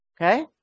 Okay